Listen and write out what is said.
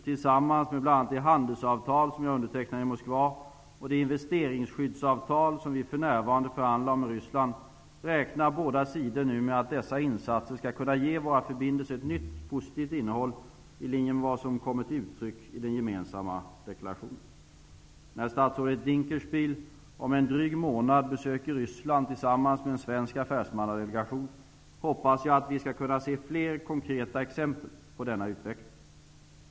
Tillsammans med bl.a. det handelsavtal som jag undertecknade i Moskva och det investeringsskyddsavtal som vi för närvarande förhandlar om med Ryssland, räknar båda sidor nu med att dessa insatser skall kunna ge våra förbindelser ett nytt, positivt innehåll i linje med vad som kommer till uttryck i den gemensamma deklarationen. När statsrådet Dinkelspiel om en dryg månad besöker Ryssland tillsammans med en svensk affärsmannadelegation, hoppas jag att vi skall kunna se fler konkreta exempel på denna utveckling.